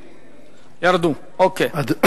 ובכן, רבותי,